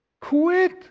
Quit